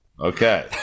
Okay